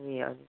ए हजुर